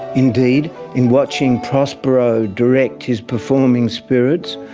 indeed, in watching prospero direct his performing spirits,